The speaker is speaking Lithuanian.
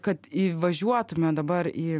kad įvažiuotume dabar į